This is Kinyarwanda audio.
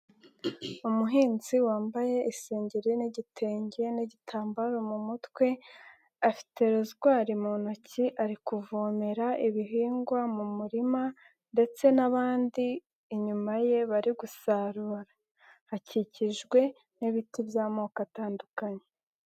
Umuhinzi wambaye isengeri n'igitenge n'igitambaro mu mutwe, afite rozwari mu ntoki ari kuvomera ibihingwa mu murima ndetse n'abandi inyuma ye bari gusarura, akikijwe n'ibiti by'amoko atandukanye.